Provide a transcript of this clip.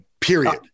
period